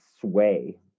sway